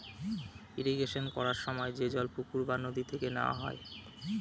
irrigation করার সময় যে জল পুকুর বা নদী থেকে নেওয়া হয়